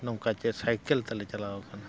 ᱱᱚᱝᱠᱟ ᱪᱮᱫ ᱥᱟᱭᱠᱮᱞ ᱛᱮᱞᱮ ᱪᱟᱞᱟᱣ ᱟᱠᱟᱱᱟ